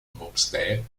propstei